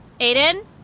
Aiden